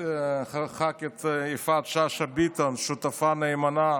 הח"כית יפעת שאשא ביטון, שותפה נאמנה,